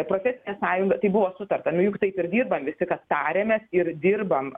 profesinė sąjunga tai buvo sutarta nu juk taip ir dirbam visi kad tariamės ir dirbam